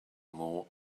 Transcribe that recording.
more